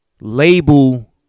label